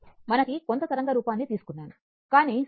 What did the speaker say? మనం కొంత తరంగ రూపాన్ని తీసుకున్నాము కానీ సుష్ట